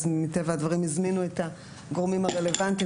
אז מטבע הדברים הזמינו את הגורמים הרלוונטיים,